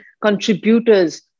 contributors